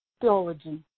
theology